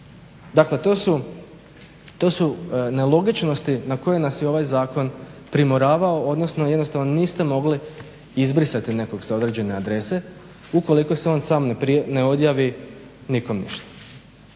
Dakle, to su nelogičnosti na koje nas je ovaj zakon primoravao, odnosno jednostavno niste mogli izbrisati nekog sa određene adrese ukoliko se on sam ne odjavi nikom ništa.